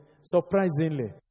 surprisingly